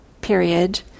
period